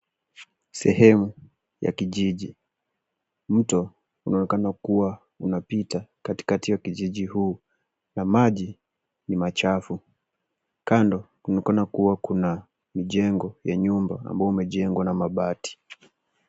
Sehemu ya kijiji. Mto unaonekana kuwa unaopita katikati ya kijiji huu na maji ni machafu. Kando kunaonekana kuwa kuna mijengo ya nyumba umejengwa na mabati.